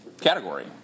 category